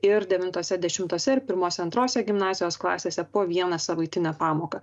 ir devintose dešimtose ir pirmose antrose gimnazijos klasėse po vieną savaitinę pamoką